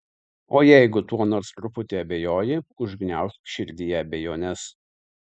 o jeigu tuo nors truputį abejoji užgniaužk širdyje abejones